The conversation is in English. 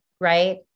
Right